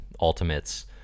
Ultimates